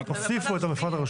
הוסיפו את המפרט הרשותי.